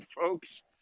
folks